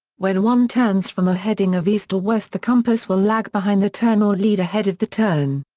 when one turns from a heading of east or west the compass will lag behind the turn or lead ahead of the turn.